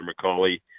McCauley